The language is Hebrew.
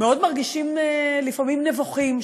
מאוד מרגישים לפעמים נבוכים,